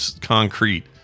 concrete